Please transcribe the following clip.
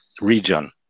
region